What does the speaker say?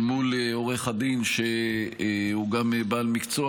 אל מול עורך דין שהוא גם בעל מקצוע,